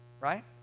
right